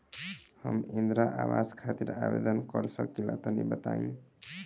हम इंद्रा आवास खातिर आवेदन कर सकिला तनि बताई?